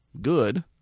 good